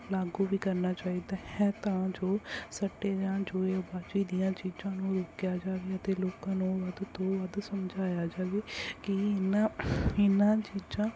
ਲਾਗੂ ਵੀ ਕਰਨਾ ਚਾਹੀਦਾ ਹੈ ਤਾਂ ਜੋ ਸੱਟੇ ਜਾਂ ਜੂਏਬਾਜੀ ਦੀਆਂ ਚੀਜ਼ਾਂ ਨੂੰ ਰੋਕਿਆ ਜਾਵੇ ਅਤੇ ਲੋਕਾਂ ਨੂੰ ਵੱਧ ਤੋਂ ਵੱਧ ਸਮਝਾਇਆ ਜਾਵੇ ਕਿ ਇਹਨਾਂ ਇਹਨਾਂ ਚੀਜ਼ਾਂ